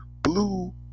Blue